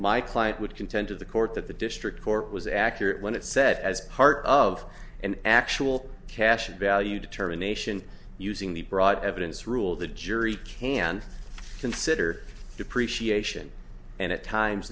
my client would contend to the court that the district court was accurate when it said as part of an actual cash value determination using the broad evidence rule the jury can consider depreciation and at